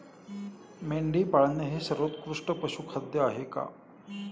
मेंढी पाळणे हे सर्वोत्कृष्ट पशुखाद्य आहे का?